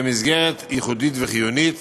כמסגרת ייחודית וחיונית,